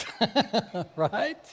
Right